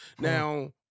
Now